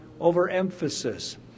overemphasis